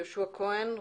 יהושע כהן,